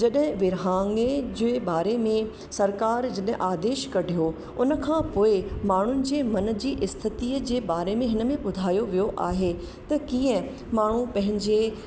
जॾहिं विरिहाङे जे बारे में सरकार जॾहिं आदेश कढियो उनखां पोइ माण्हू जे मन जी स्थितीअ जे बारे में हिन में ॿुधायो वियो आहे त कीअं माण्हू पंहिंजे